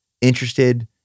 interested